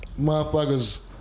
motherfuckers